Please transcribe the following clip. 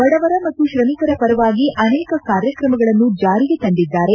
ಬಡವರ ಮತ್ತು ತ್ರಮಿಕರ ಪರವಾಗಿ ಅನೇಕ ಕಾರ್ಯಕ್ರಮಗಳನ್ನು ಜಾರಿಗೆ ತಂದಿದ್ದಾರೆ